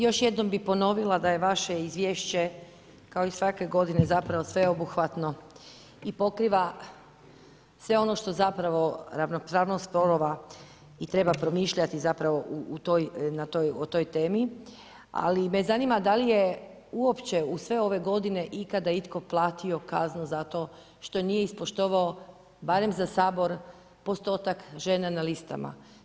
Još jednom bih ponovila da je vaše Izvješće, kao i svake godine zapravo sveobuhvatno i pokriva sve ono što zapravo ravnopravnost spolova i treba promišljati zapravo o toj temi, ali me zanima da li je uopće u sve ove godine ikada itko platio kaznu za to što nije ispoštovao barem za Sabor postotak žena na listama?